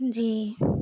جی